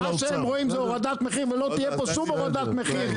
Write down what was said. מה שהם רואים זו הורדת מחיר ולא תהיה פה שום הורדת מחיר,